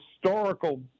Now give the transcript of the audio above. historical